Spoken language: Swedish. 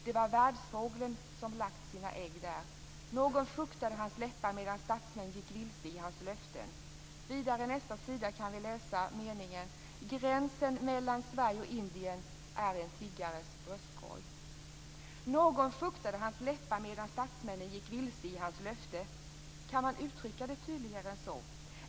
Det var världsfåglen som lagt sina ägg där. Någon fuktade hans läppar, medan statsmän gick vilse i hans löfte." På nästa sida kan vi läsa meningen "Gränsen mellan Sverige och Indien är en tiggares bröstkorg." Någon fuktade hans läppar, medan statsmän gick vilse i hans löfte. Kan man uttrycka det tydligare än så?